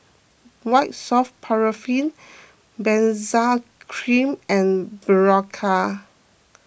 White Soft Paraffin Benzac Cream and Berocca